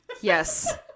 Yes